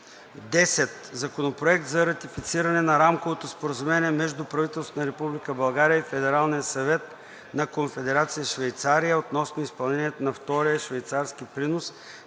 10. Законопроект за ратифициране на Рамковото споразумение между правителството на Република България и Федералния съвет на Конфедерация Швейцария относно изпълнението на Втория швейцарски принос